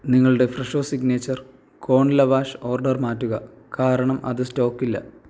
നിങ്ങളുടെ ഫ്രെഷോ signature corn lavash order മാറ്റുക കാരണം അത് സ്റ്റോക്കില്ല